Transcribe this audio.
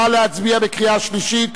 נא להצביע בקריאה שלישית.